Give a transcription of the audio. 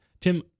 Tim